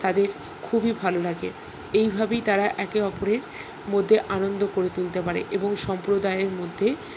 তাদের খুবই ভালো লাগে এইভাবেই তারা একে অপরের মধ্যে আনন্দ করে তুলতে পারে এবং সম্প্রদায়ের মধ্যে